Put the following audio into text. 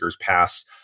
pass